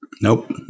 Nope